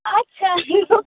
अच्छा चलू